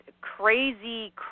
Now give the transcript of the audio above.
crazy